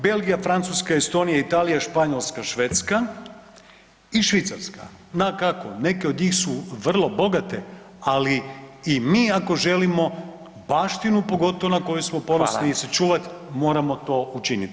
Belgija, Francuska, Estonija, Italija, Španjolska, Švedska i Švicarska na kako, neke od njih su vrlo bogate, ali i mi ako želimo baštinu pogotovo na koju smo ponosni sačuvati moramo to učiniti.